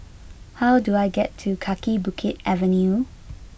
how do I get to Kaki Bukit Avenue